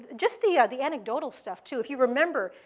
just the the anecdotal stuff, too. if you remember,